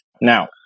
Now